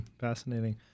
Fascinating